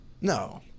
No